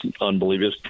unbelievable